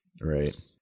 Right